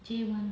J one